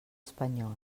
espanyol